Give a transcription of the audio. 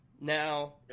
Now